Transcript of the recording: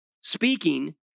speaking